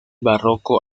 barroco